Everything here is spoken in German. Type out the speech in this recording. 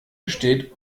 besteht